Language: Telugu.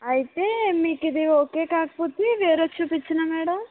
అయితే మీకు ఇది ఓకే కాకపోతే వేరేది చూపించనా మేడం